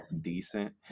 decent